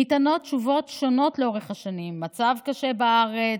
ניתנות תשובות שונות לאורך השנים: מצב קשה בארץ,